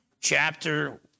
chapter